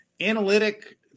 Analytic